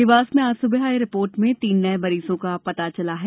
देवास में आज सुबह आई रिपोर्ट में तीन नये मरीजों का पता चला है